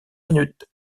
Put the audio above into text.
minutes